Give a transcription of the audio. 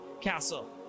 castle